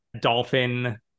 dolphin